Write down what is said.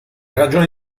ragione